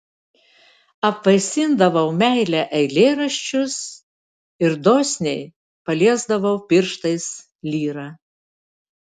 apvaisindavau meile eilėraščius ir dosniai paliesdavau pirštais lyrą